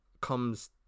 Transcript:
comes